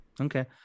Okay